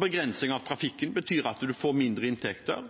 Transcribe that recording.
Begrensning av trafikken gjør at en får mindre inntekter,